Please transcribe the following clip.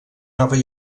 nova